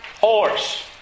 horse